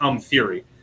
theory